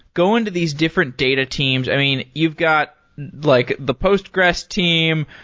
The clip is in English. going to these different data teams. i mean, you've got like the postgresql team,